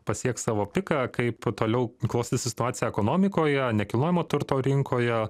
pasieks savo piką kaip toliau klostysis situacija ekonomikoje nekilnojamo turto rinkoje